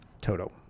Toto